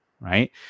right